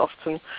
often